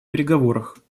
переговорах